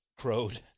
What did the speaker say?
crowed